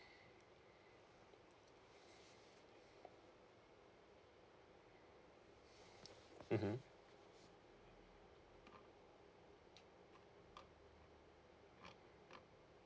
mmhmm